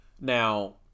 Now